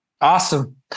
awesome